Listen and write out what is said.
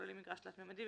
הכוללים מגרש תלת־ממדי,